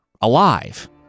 alive